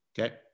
Okay